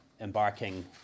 embarking